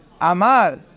Amar